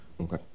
Okay